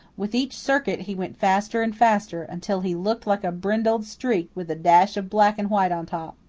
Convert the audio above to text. with each circuit he went faster and faster, until he looked like a brindled streak with a dash of black and white on top.